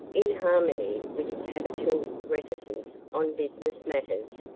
in harmony with his habitual reticence on business matters,